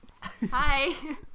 Hi